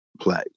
play